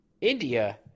india